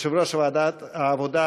יושב-ראש ועדת העבודה,